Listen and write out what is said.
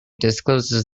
discloses